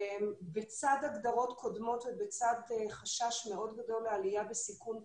בצד הגדרות קודמות ובצד חשש מאוד גדול לעלייה בסיכון קיים.